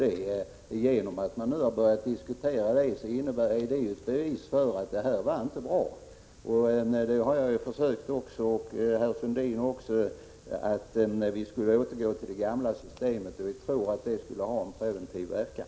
Det faktum att man nu har börjat diskutera detta är ett bevis för att nuvarande ordning inte är bra. Det har jag och herr Sundin också påpekat och föreslagit att man skulle återgå till det gamla systemet. Vi tror att det skulle ha en preventiv verkan.